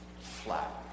flat